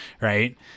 right